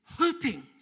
hoping